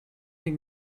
нэг